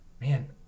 man